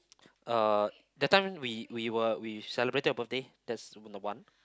uh that time we we were we celebrated your birthday that's the one